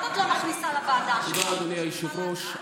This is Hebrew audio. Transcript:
אדוני היושב-ראש,